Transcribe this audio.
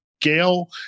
Gail